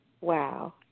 Wow